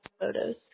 photos